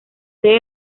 sede